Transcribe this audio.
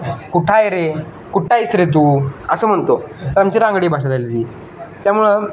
कुठं आहे रे कुठं आहेस रे तू असं म्हणतो तर आमची रांगडी भाषा झालेली त्यामुळं